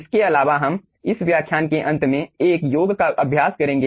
इसके अलावा हम इस व्याख्यान के अंत में एक योग का अभ्यास करेंगे